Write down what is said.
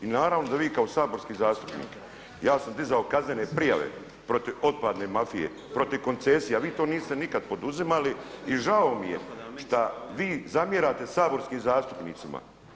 I naravno da vi kao saborski zastupnik, ja sam dizao kaznene prijave protiv otpadne mafije, protiv koncesija, vi to niste nikada poduzimali i žao mi je šta vi zamjerate saborskim zastupnicima.